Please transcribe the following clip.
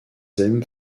them